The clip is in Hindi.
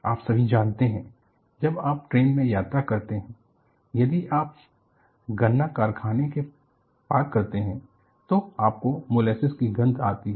आप सभी जानते हैं जब आप ट्रेन में यात्रा करते हैं यदि आप गन्ना कारखाने को पार करते हैं तो आपको मोलेसेस की गंध आती है